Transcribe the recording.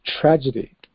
tragedy